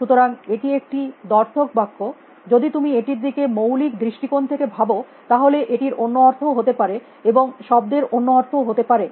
সুতরাং এটি একটি দ্ব্যর্থক বাক্য যদি তুমি এটির দিকে মৌলিক দৃষ্টিকোণ থেকে ভাব তাহলে এটির অন্য অর্থও হতে পারে এবং শব্দেরও অন্য অর্থ হতে পারে